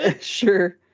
sure